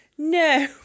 No